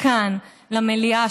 כאן למליאה,